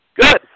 Good